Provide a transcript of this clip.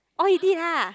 oh he did ah